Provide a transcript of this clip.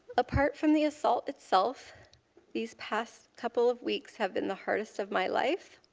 apart from the assault itself these past couple of weeks have been the hardest of my life.